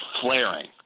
flaring